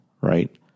right